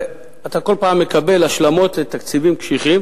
אתה כל פעם מקבל השלמות לתקציבים קשיחים,